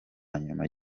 nyuma